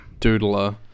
doodler